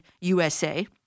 USA